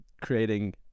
creating